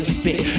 spit